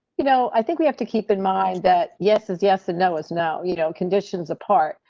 you know, i think we have to keep in mind that yes. is yes, and no us now you know conditions apart.